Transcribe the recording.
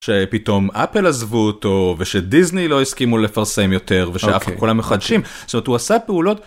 שפתאום אפל עזבו אותו ושדיסני לא הסכימו לפרסם יותר ושאף כולם מחדשים זאת אומרת הוא עשה פעולות.